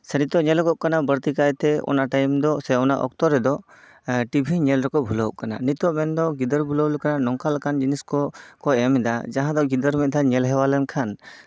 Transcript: ᱥᱮ ᱱᱤᱛᱚᱜ ᱧᱮᱞᱚᱜᱚᱜ ᱠᱟᱱᱟ ᱵᱟᱹᱲᱛᱤ ᱠᱟᱭᱛᱮ ᱚᱱᱟ ᱴᱟᱭᱤᱢ ᱫᱚ ᱥᱮ ᱚᱱᱟ ᱚᱠᱛᱚ ᱨᱮᱫᱚ ᱴᱤᱵᱷᱤ ᱧᱮᱞ ᱨᱮᱠᱚ ᱵᱷᱩᱞᱟᱹᱣᱚᱜ ᱠᱟᱱᱟ ᱱᱤᱛᱚᱜ ᱢᱮᱱᱫᱚ ᱜᱤᱫᱟᱹᱨ ᱵᱩᱞᱟᱹᱣ ᱞᱮᱠᱟ ᱱᱚᱝᱠᱟ ᱞᱮᱠᱟᱱ ᱡᱤᱱᱤᱥ ᱠᱚ ᱠᱚ ᱮᱢᱫᱟ ᱡᱟᱦᱟᱸ ᱫᱚ ᱜᱤᱫᱟᱹᱨ ᱢᱤᱫ ᱫᱷᱟᱣ ᱧᱮᱞ ᱦᱮᱣᱟ ᱞᱮᱱᱠᱷᱟᱱ